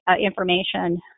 information